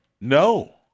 No